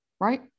Right